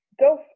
go